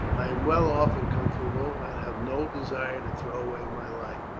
i am well off and comfortable, and have no desire to throw away my life.